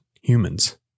humans